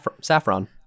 saffron